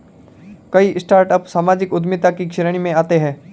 कई स्टार्टअप सामाजिक उद्यमिता की श्रेणी में आते हैं